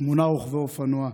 שמונה רוכבי אופנוע,